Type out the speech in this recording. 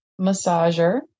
massager